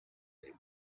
him